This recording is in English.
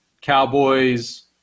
Cowboys